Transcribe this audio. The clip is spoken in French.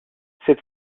cette